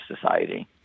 society